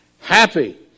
happy